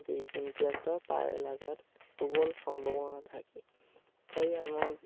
তাদেরই কিন্তু একটা পায়ে লাগার প্রবল সম্ভাবনা থাকে তাই আমার